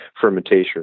fermentation